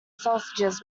sausages